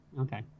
okay